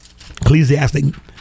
Ecclesiastic